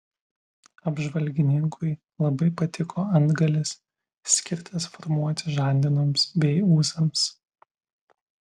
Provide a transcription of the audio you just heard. apžvalgininkui labai patiko antgalis skirtas formuoti žandenoms bei ūsams